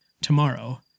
Tomorrow